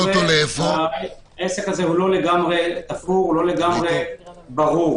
העסק הזה לא לגמרי ברור ותפור.